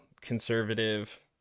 conservative